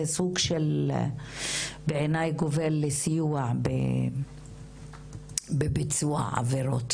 זה סוג שבעיני גובל בסיוע בביצוע עבירות,